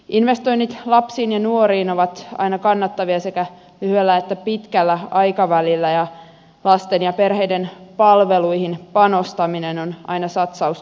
investoinnit lapsiin ja nuoriin ovat aina kannattavia sekä lyhyellä että pitkällä aikavälillä ja lasten ja perheiden palveluihin panostaminen on aina satsaus tulevaisuuteen